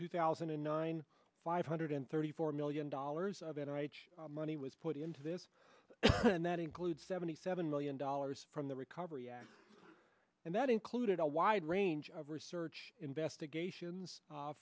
two thousand and nine five hundred thirty four million dollars of it money was put into this and that includes seventy seven million dollars from the recovery act and that included a wide range of research investigations